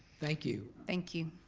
thank you. thank you.